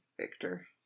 Victor